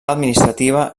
administrativa